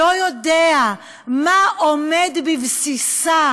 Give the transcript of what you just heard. לא יודע מה עומד בבסיסה,